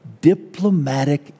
diplomatic